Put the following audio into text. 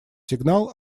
сигнал